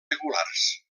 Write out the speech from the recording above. regulars